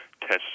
tests